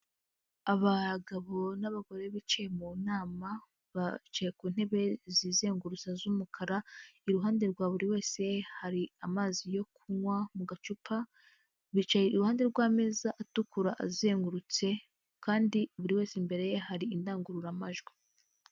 Abagabo n'abagore bicaye mu nama, bicaye ku ntebe zizengurutsa z'umukara, iruhande rwa buri wese hari amazi yo kunywa mu gacupa, bicaye iruhande rw'ameza atukura azengurutse, kandi buri wese imbere ye hari indangururamajwi.